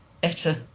better